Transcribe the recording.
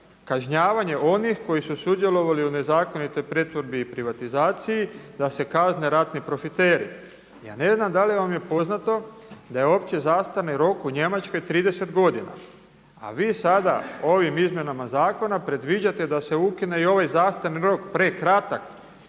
kažnjavanje onih koji su sudjelovali u nezakonitoj pretvorbi i privatizaciji, da se kazne ratni profiteri. Ja ne znam da li vam je poznato da je opći zastarni rok u Njemačkoj 30 godina a vi sada ovim izmjenama zakona predviđate da se ukine i ovaj zastarni rok prekratak